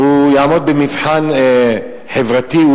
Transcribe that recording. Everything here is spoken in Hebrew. יעמוד במבחן חברתי.